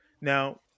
Now